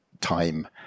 time